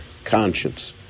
Conscience